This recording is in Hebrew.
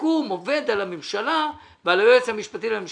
שההארכה הזאת נדרשת גם עבור הממשלה או בראש ובראשונה עבור הממשלה.